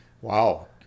Wow